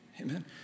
Amen